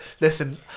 listen